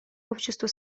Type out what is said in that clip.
обществу